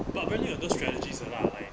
but really 很多 strategies 的 lah